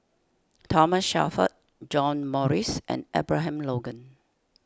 Thomas Shelford John Morrice and Abraham Logan